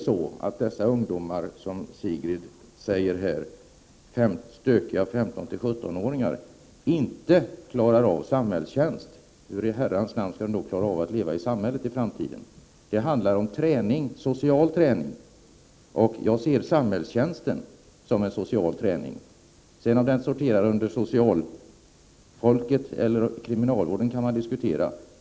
Om dessa ungdomar inte klarar av samhällstjänst, hur i herrans namn skall de då klara av att leva i samhället i framtiden? Det handlar om social träning, och jag ser samhällstjänsten som en social träning. Om den sedan skall sortera under socialtjänsten eller kriminalvården kan man diskutera.